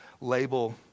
label